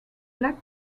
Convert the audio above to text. black